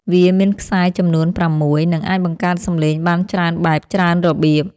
វាមានខ្សែចំនួនប្រាំមួយ និងអាចបង្កើតសំឡេងបានច្រើនបែបច្រើនរបៀប។